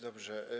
Dobrze.